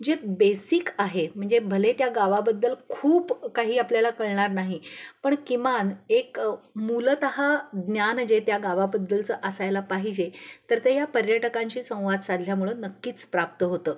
जे बेसिक आहे म्हणजे भले त्या गावाबद्दल खूप काही आपल्याला कळणार नाही पण किमान एक मुलतः ज्ञान जे त्या गावाबद्दलचं असायला पाहिजे तर ते या पर्यटकांशी संवाद साधल्यामुळं नक्कीच प्राप्त होतं